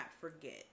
forget